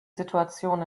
situation